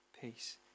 peace